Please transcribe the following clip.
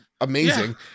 amazing